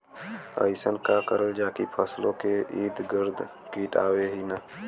अइसन का करल जाकि फसलों के ईद गिर्द कीट आएं ही न?